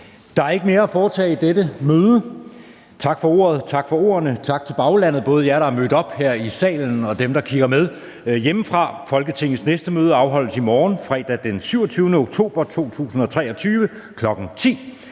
Der er ikke mere at foretage i dette møde. Tak for ordet, tak for ordene, tak til baglandet, både jer, der er mødt op her i salen, og dem, der kigger med hjemmefra. Folketingets næste møde afholdes i morgen, fredag den 27. oktober 2023, kl. 10.00.